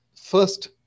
First